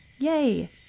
Yay